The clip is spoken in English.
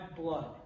blood